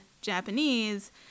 Japanese